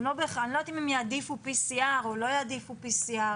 אני לא יודעת אם הם יעדיפו PCR או לא יעדיפו PCR,